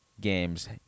games